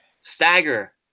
stagger